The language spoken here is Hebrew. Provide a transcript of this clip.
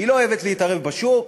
היא לא אוהבת להתערב בשוק,